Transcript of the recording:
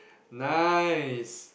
nice